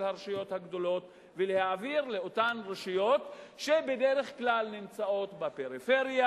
הרשויות הגדולות ולהעביר לאותן רשויות שבדרך כלל נמצאות בפריפריה,